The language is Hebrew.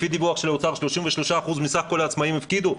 לפי הדיווח של האוצר 33% מסך כל העצמאים הפקידו,